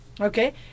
Okay